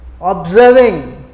observing